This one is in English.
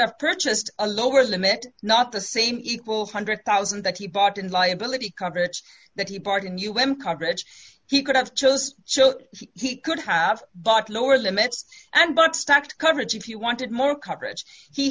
have purchased a lower limit not the same equal one hundred thousand that he bought in liability coverage that he part in un coverage he could have chose so he could have bought lower limits and bought stock coverage if you wanted more coverage he